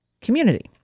community